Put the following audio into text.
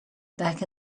back